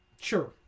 Sure